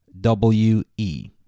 W-E